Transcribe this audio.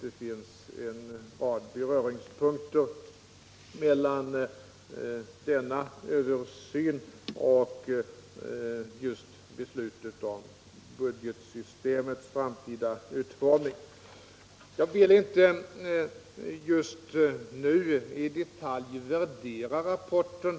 Det finns en rad beröringspunkter mellan denna översyn och beslutet om budgetsystemets framtida utformning. Jag vill inte just nu i detalj värdera rapporten.